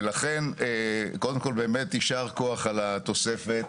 אז לכן, קודם כל, יישר כח על התוספת.